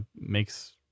makes